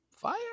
fire